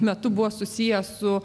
metu buvo susiję su